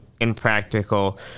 impractical